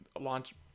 launch